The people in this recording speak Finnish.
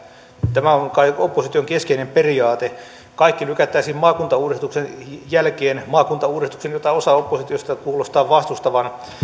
tämä on kai opposition keskeinen periaate kaikki lykättäisiin maakuntauudistuksen jälkeen maakuntauudistuksen jota osa oppositiosta kuulostaa vastustavan